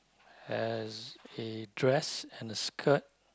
has a dress and a skirt